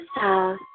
south